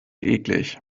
eklig